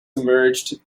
emerged